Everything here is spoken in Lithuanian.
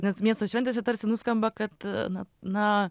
nes miesto šventėse tarsi nuskamba kad na na